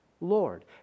Lord